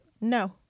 No